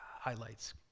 Highlights